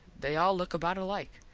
they all look about alike.